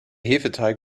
hefeteig